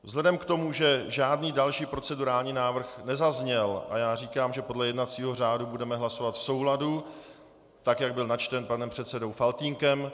Vzhledem k tomu, že žádný další procedurální návrh nezazněl, a já říkám, že podle jednacího řádu budeme hlasovat v souladu tak, jak byl načten panem předsedou Faltýnkem.